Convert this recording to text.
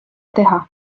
teha